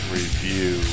review